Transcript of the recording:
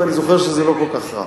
ואני זוכר שזה לא כל כך רע.